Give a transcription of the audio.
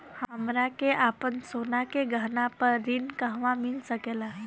हमरा के आपन सोना के गहना पर ऋण कहवा मिल सकेला?